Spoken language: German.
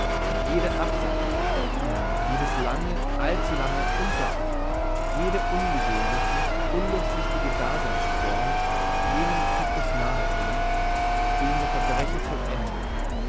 jede abseitigkeit jedes lange allzulange unterhalb jede ungewöhnliche undurchsichtige daseinsform jenem typus nahe bringt den der verbrecher vollendet